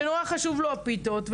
שנורא חשובות לו הפיתות,